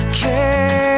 care